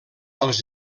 als